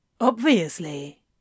Obviously